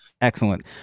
Excellent